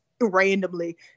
randomly